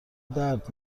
درد